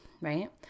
right